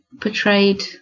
portrayed